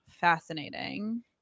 Fascinating